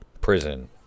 prison